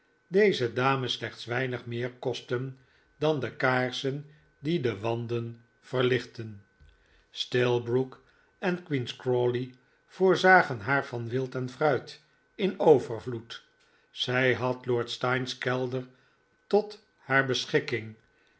deze dame slechts weinig meer kostten dan de kaarsen die de wanden verlichtten stillbrook en queen's crawley voorzagen haar van wild en fruit in overvloed zij had lord steyne's kelder tot haar beschikking